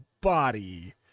body